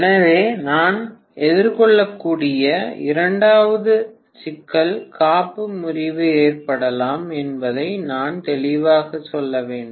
எனவே நான் எதிர்கொள்ளக்கூடிய இரண்டாவது சிக்கல் காப்பு முறிவு ஏற்படலாம் என்பதை நான் தெளிவாக சொல்ல வேண்டும்